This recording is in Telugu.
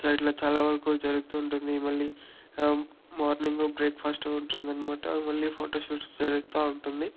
సైడ్లో చాలా వరకు జరుగుతూ ఉంటుంది మళ్ళీ మార్నింగు బ్రేక్ఫాస్ట్ ఉంటుందనమాట మళ్ళీ ఫోటోషూట్స్ జరుగుతూ ఉంటుంది